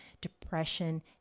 depression